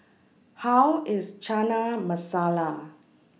How IS Chana Masala